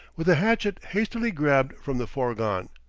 with a hatchet hastily grabbed from the fourgon.